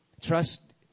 Trust